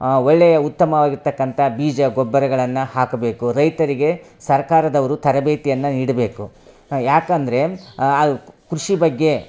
ಆ ಒಳ್ಳೆಯ ಉತ್ತಮವಾಗಿರ್ತಕಂಥ ಬೀಜ ಗೊಬ್ಬರಗಳನ್ನು ಹಾಕಬೇಕು ರೈತರಿಗೆ ಸರ್ಕಾರದವರು ತರಬೇತಿಯನ್ನು ನೀಡಬೇಕು ಯಾಕಂದರೆ ಕೃಷಿ ಬಗ್ಗೆ